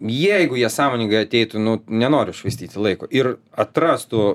jeigu jie sąmoningai ateitų nu nenoriu švaistyti laiko ir atrastų